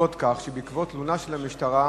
בעקבות כך, בעקבות תלונה במשטרה,